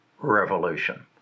revolution